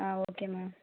okay ma'am